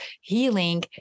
healing